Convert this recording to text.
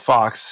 Fox